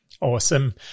Awesome